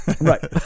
right